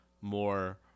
more